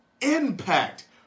impact